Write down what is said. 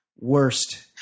Worst